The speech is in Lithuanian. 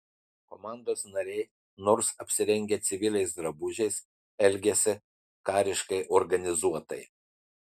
komandos nariai nors apsirengę civiliais drabužiais elgėsi kariškai organizuotai